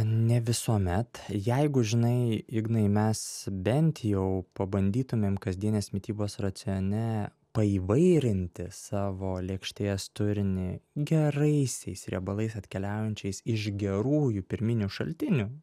nevisuomet jeigu žinai ignai mes bent jau pabandytumėm kasdienės mitybos racione paįvairinti savo lėkštės turinį geraisiais riebalais atkeliaujančias iš gerųjų pirminių šaltinių